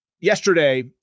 Yesterday